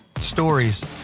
Stories